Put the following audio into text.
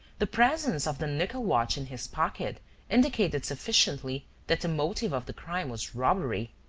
the presence of the nickel-watch in his pocket indicated sufficiently that the motive of the crime was robbery.